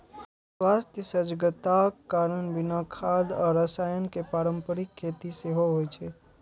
स्वास्थ्य सजगताक कारण बिना खाद आ रसायन के पारंपरिक खेती सेहो होइ छै